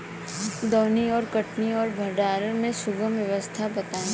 दौनी और कटनी और भंडारण के सुगम व्यवस्था बताई?